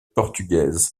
portugaise